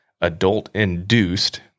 adult-induced